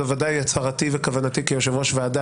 זה ודאי הצהרתי וכוונתי כיושב-ראש ועדה